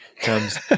comes